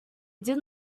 did